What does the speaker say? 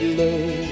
love